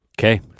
Okay